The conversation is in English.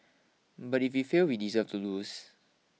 but if we fail we deserve to lose